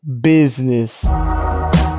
business